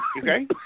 Okay